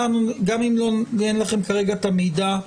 גם אם אין לכם כרגע את המידע,